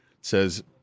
says